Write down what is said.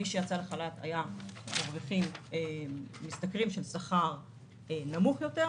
אלה שיצאו לחל"ת היו משתכרים בשכר נמוך יותר,